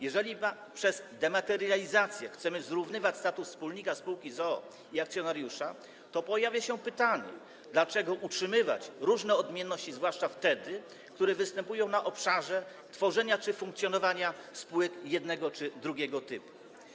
Jeżeli przez dematerializację chcemy zrównywać status wspólnika spółki z o.o. i akcjonariusza, to pojawia się pytanie, dlaczego utrzymywać różne odmienności, zwłaszcza wtedy gdy występują w obszarze tworzenia czy funkcjonowania spółek jednego lub drugiego typu.